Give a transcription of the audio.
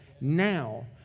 now